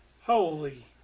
Holy